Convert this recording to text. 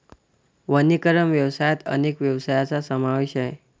वनीकरण व्यवसायात अनेक व्यवसायांचा समावेश आहे